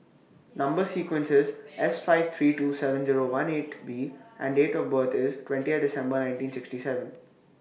Number sequence IS S five three two seven Zero one eight B and Date of birth IS December nineteen sixty seven